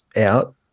out